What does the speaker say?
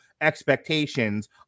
expectations